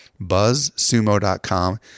buzzsumo.com